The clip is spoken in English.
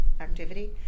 activity